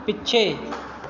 ਪਿੱਛੇ